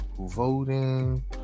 voting